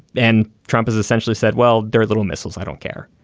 and trump has essentially said well there are little missiles i don't care.